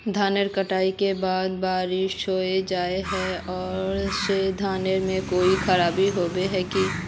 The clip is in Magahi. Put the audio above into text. धानेर कटाई के बाद बारिश होबे जाए है ओ से धानेर में कोई खराबी होबे है की?